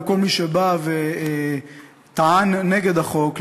לכל מי שבא וטען נגד החוק,